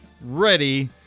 ready